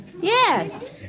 Yes